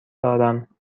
دارم